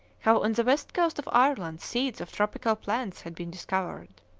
how on the west coast of ireland seeds of tropical plants had been discovered.